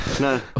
No